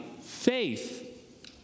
faith